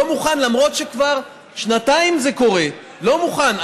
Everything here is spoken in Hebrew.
לא מוכן, למרות שכבר שנתיים זה קורה, לא מוכן.